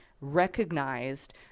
recognized